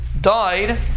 died